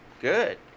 Good